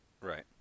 Right